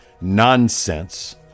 nonsense